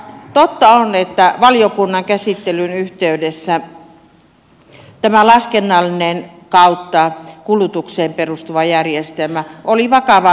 totta on että valiokunnan käsittelyn yhteydessä tämä laskennallinen tai kulutukseen perustuva järjestelmä oli vakavan pohdinnan alla